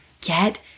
get